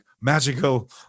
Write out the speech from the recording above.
magical